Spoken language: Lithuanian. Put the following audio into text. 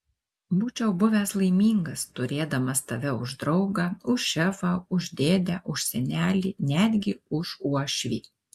būčiau buvęs laimingas turėdamas tave už draugą už šefą už dėdę už senelį netgi už uošvį